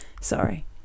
Sorry